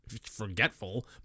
forgetful